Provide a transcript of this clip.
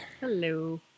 hello